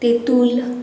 তেঁতুল